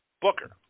Booker